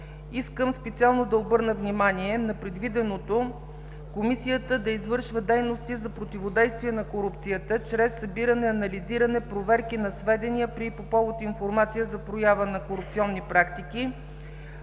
Искам специално да обърна внимание на предвиденото Комисията да извършва действия за противодействие на корупцията чрез събиране, анализиране, проверки на сведения при и по повод информация за проява на корупционни практики.